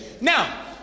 now